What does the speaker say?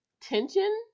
tension